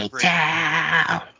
Town